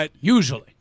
Usually